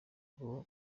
uba